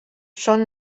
són